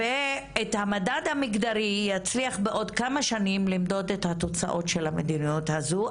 והמדד המגדרי יצליח בעוד כמה שנים למדוד את התוצאות של המדיניות הזו,